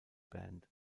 band